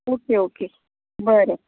okay okay बरें